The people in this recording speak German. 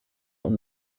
und